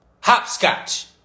hopscotch